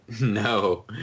No